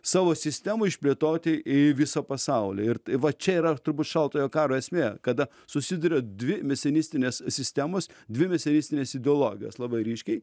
savo sistemų išplėtoti į visą pasaulį ir va čia yra turbūt šaltojo karo esmė kada susiduria dvi mesionistinės sistemos dvi visi mesionistinės ideologijos labai ryškiai